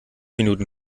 minuten